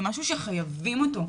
זה משהו שחייבים אותו.